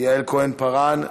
יעל כהן-פארן,